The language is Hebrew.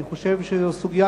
אני חושב שזו סוגיה,